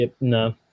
no